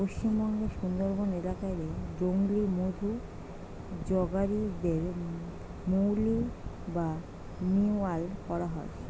পশ্চিমবঙ্গের সুন্দরবন এলাকা রে জংলি মধু জগাড়ি দের মউলি বা মউয়াল কয়া হয়